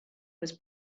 was